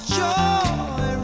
joy